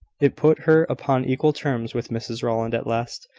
it put her upon equal terms with mrs rowland, at last.